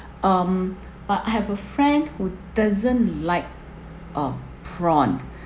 um but I have a friend who doesn't like uh prawn